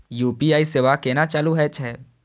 UPI सेवा केना चालू है छै?